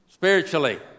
spiritually